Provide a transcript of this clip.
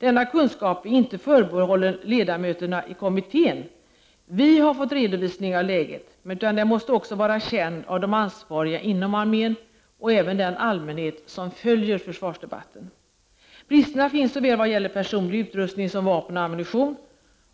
Denna kunskap är inte förbehållen ledamöterna i kommittén som fått redovisning av läget utan måste också vara känd av de ansvariga inom armén och även av den allmänhet som följer försvarsdebatten. Bristerna finns såväl när det gäller personlig utrustning som vapen och ammunition.